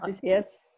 yes